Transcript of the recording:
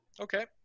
Okay